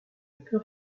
peux